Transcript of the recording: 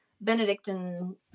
Benedictine